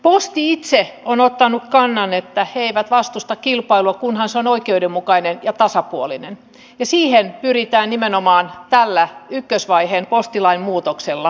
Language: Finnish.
posti itse on ottanut kannan että se ei vastusta kilpailua kunhan se on oikeudenmukainen ja tasapuolinen ja siihen pyritään nimenomaan tällä ykkösvaiheen postilain muutoksella pääsemään